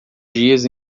dias